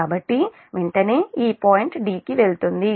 కాబట్టి వెంటనే ఈ పాయింట్ 'd' కి వెళ్తుంది